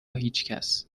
هیچکس